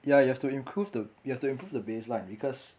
ya you have to improve the you have to improve the baseline because